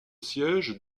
siège